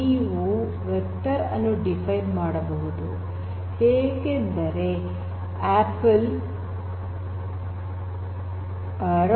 ನೀವು ವೆಕ್ಟರ್ ಅನ್ನು ಡಿಫೈನ್ ಮಾಡಬಹುದು ಹೇಗೆಂದರೆ apple c'red"green"yellow'